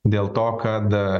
dėl to kad